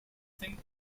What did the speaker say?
think